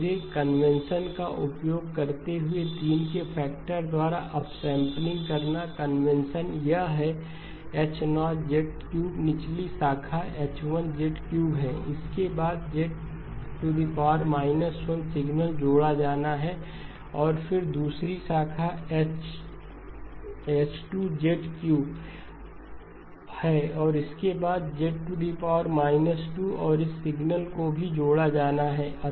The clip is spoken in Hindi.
मेरे कन्वेंशन का उपयोग करते हुए 3 के फैक्टर द्वारा अपसैंपलिंग करना कन्वेंशन यह है H0 निचली शाखा H1 हैं इसके बाद Z 1 सिग्नल जोड़ा जाना है और फिर दूसरी शाखा H2 है और इसके बाद Z 2 और इस सिग्नल को भी जोड़ा जाना है